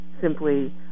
simply